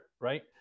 right